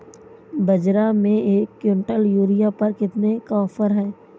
बाज़ार में एक किवंटल यूरिया पर कितने का ऑफ़र है?